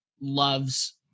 loves